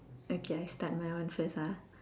okay I start my one first ah